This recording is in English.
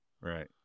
right